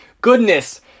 Goodness